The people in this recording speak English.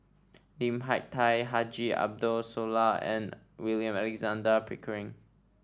Lim Hak Tai Haji Ambo Sooloh and William Alexander Pickering